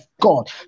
God